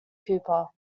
cooper